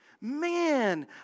Man